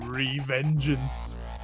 revengeance